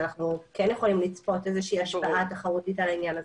אנו כן יכולים לצפות השפעה תחרותית על העניין הזה.